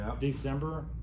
December